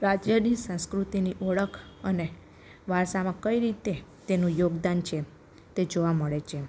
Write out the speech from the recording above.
રાજ્યની સંસ્કૃતિની ઓળખ અને વારસામાં કઈ રીતે તેનું યોગદાન છે તે જોવા મળે છે